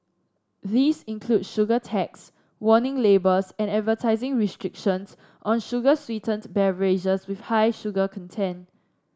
these include sugar tax warning labels and advertising restrictions on sugar sweetened beverages with high sugar content